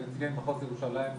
כנציגי מחוז ירושלים,